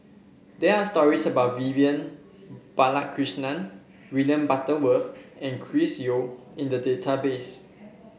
there are stories about Vivian Balakrishnan William Butterworth and Chris Yeo in the database